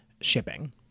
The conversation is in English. shipping